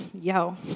yo